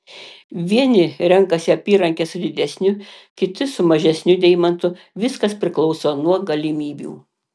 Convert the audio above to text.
vieni renkasi apyrankę su didesniu kiti su mažesniu deimantu viskas priklauso nuo galimybių